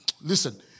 listen